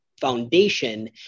foundation